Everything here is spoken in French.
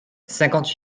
cinquante